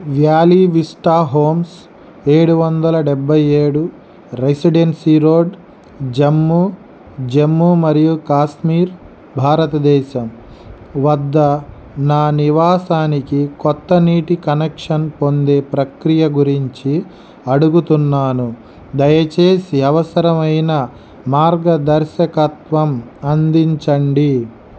valley vista homes ఏడు వందల డెబ్భై ఏడు రెసిడెన్సీ రోడ్ జమ్మూ జమ్మూ మరియు కాశ్మీర్ భారతదేశం వద్ద నా నివాసానికి కొత్త నీటి కనెక్షన్ పొందే ప్రక్రియ గురించి అడుగుతున్నాను దయచేసి అవసరమైన మార్గదర్శకత్వం అందించండి